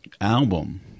album